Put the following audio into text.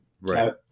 Right